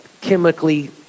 chemically